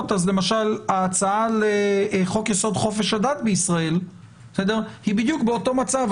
ההצעה לחוק-יסוד:חופש הדת בישראל היא בדיוק באותו המצב.